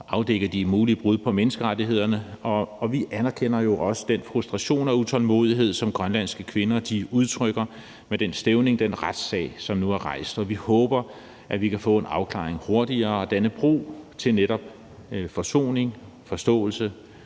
afdække de mulige brud på menneskerettighederne, og vi anerkender også den frustration og utålmodighed, som grønlandske kvinder udtrykker med den stævning og den retssag, som nu er rejst. Vi håber, at vi kan få en afklaring hurtigere og danne bro til netop forsoning og forståelse,